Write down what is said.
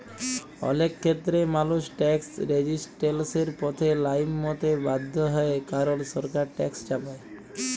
অলেক খ্যেত্রেই মালুস ট্যাকস রেজিসট্যালসের পথে লাইমতে বাধ্য হ্যয় কারল সরকার ট্যাকস চাপায়